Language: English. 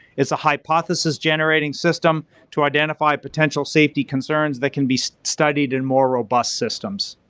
it's a hypothesis-generating system to identify potential safety concerns that can be studied in more robust systems.